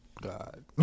god